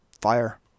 fire